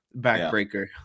backbreaker